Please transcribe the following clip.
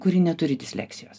kuri neturi disleksijos